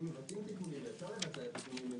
אם מבצעים תיקונים,